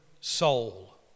soul